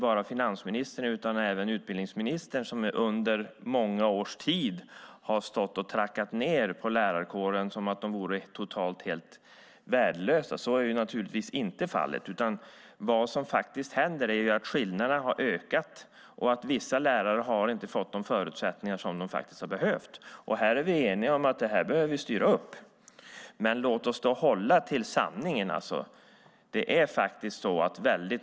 Både finansministern och utbildningsministern har under många år rackat ned på lärarkåren som om den vore helt värdelös. Så är inte fallet. Det som har hänt är att skillnaderna har ökat och att vissa lärare inte har fått de förutsättningar de behöver. Vi är eniga om att detta behöver styras upp. Men låt oss hålla oss till sanningen.